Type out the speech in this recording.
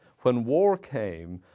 when war came,